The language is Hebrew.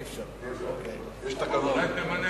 אי-אפשר, יש תקנון.